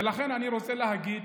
ולכן אני רוצה להגיד